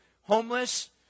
homeless